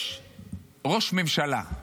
יש ראש ממשלה.